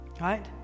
right